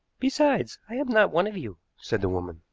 besides, i am not one of you, said the woman.